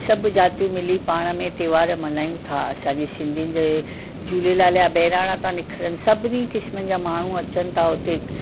सभु जातियूं मिली पाण में त्योहार मल्हाइनि था असांजे सिंधियुनि जे झूलेलाल जा बहिराणा था निकिरनि सभिनी क़िस्मनि जा माण्हू अचनि था हुते